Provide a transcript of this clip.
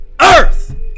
Earth